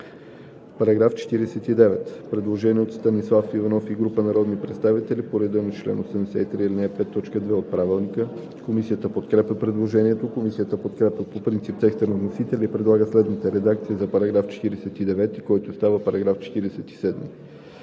По § 49 има предложение от Станислав Иванов и група народни представители по реда на чл. 83, ал. 5, т. 2 от Правилника. Комисията подкрепя предложението. Комисията подкрепя по принцип текста на вносителя и предлага следната редакция за § 49, който става § 47: „§ 47.